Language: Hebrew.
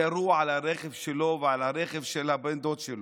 ירו על הרכב שלו ועל הרכב של בן הדוד שלו.